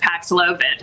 Paxlovid